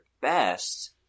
best